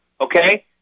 Okay